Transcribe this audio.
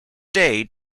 day